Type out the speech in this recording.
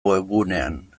webgunean